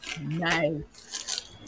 nice